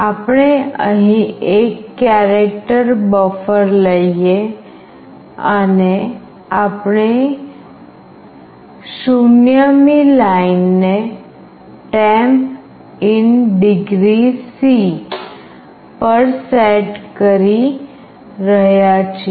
આપણે અહીં એક કેરેક્ટર બફર લઈએ અને આપણે 0 મી લાઇનને Temp in Degree C પર સેટ કરી રહ્યા છીએ